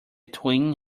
twin